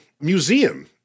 museum